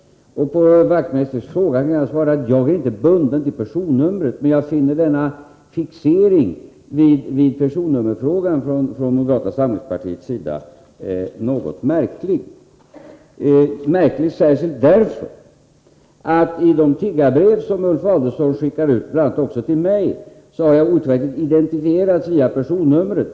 På Knut Wachtmeisters fråga kan jag svara att jag inte är bunden till personnumret, men att jag finner denna fixering vid personnummerfrågan från moderata samlingspartiets sida något märklig. Den är märklig särskilt därför att i de tiggarbrev som Ulf Adelsohn skickar ut, också till mig, används personnummer. Där har jag identifierats via personnummer.